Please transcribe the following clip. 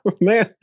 Man